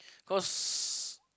cause